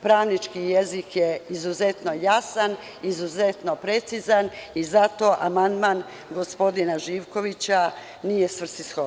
Pravnički jezik je izuzetno jasan, izuzetno precizan i zato amandman gospodina Živkovića nije svrsishodan.